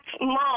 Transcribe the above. mom